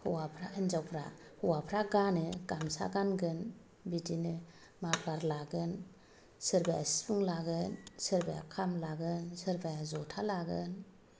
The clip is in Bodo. हौवाफ्रा हिन्जाउफ्रा हौवाफ्रा गानो गामसा गानगोन बिदिनो माफ्लार लागोन सोरबाया सिफुं लागोन सोरबाया खाम लागोन सोरबाया ज'था लागोन